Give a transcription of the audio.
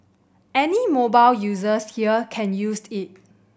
any mobile users here can use it